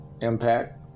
impact